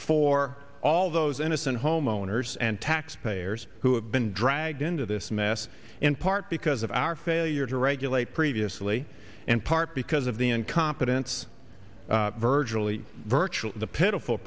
for all those innocent homeowners and taxpayers who have been dragged into this mess in part because of our failure to regulate previously and part because of the incompetence virtually virtual the pitiful